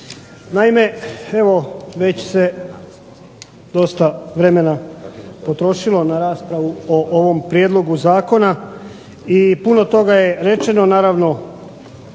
naime evo, već se dosta vremena potrošilo na raspravu o ovom Prijedlogu zakona i puno toga je rečeno, naravno